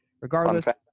Regardless